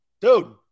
Dude